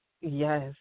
Yes